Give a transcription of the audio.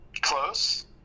Close